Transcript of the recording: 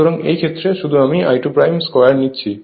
সুতরাং এই ক্ষেত্রে শুধু আমি I22 নিচ্ছি